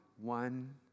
one